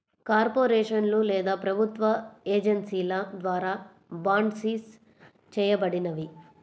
కార్పొరేషన్లు లేదా ప్రభుత్వ ఏజెన్సీల ద్వారా బాండ్సిస్ చేయబడినవి